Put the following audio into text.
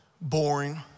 boring